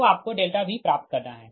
तो आपको V प्राप्त करना है